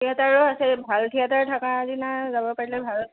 থিয়েটাৰো আছে ভাল থিয়েটাৰ থকাৰ দিনা যাব পাৰিলে ভাল